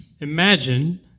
Imagine